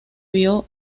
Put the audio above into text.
vio